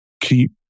keep